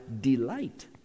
delight